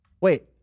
Wait